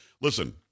listen